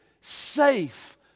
safe